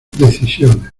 decisiones